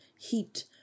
Heat